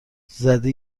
زده